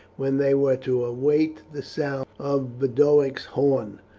when they were to await the sound of boduoc's horn.